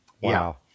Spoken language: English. Wow